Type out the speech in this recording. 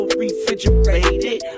refrigerated